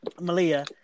Malia